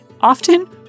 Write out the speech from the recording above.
often